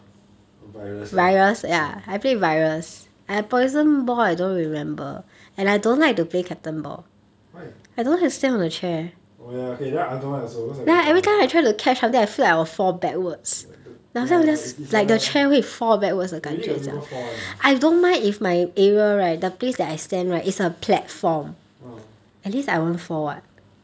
oh virus lah ya why oh ya okay then I don't like also because I very tall ya the ya ya is is like that one eh really got people fall one ah